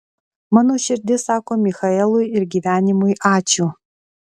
mano širdis sako michaelui ir gyvenimui ačiū